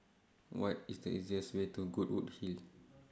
What IS The easiest Way to Goodwood Hill